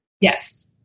Yes